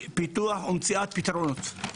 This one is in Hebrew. פיתוח ומציאת פתרונות.